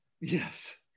yes